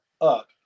up